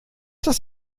das